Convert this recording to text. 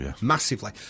massively